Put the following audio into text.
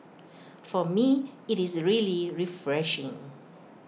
for me IT is really refreshing